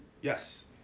Yes